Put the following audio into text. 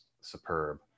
superb